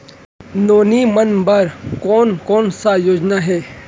नोनी मन बर कोन कोन स योजना हे?